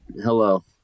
Hello